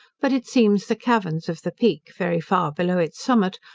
but it seems the caverns of the peak, very far below its summit,